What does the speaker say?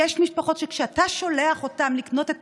יש משפחות שכשאתה שולח אותם לקנות את